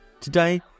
Today